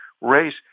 race